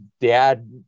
dad